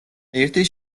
ერთი